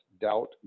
doubt